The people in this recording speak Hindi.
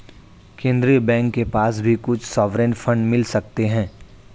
केन्द्रीय बैंक के पास भी कुछ सॉवरेन फंड मिल सकते हैं